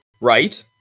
right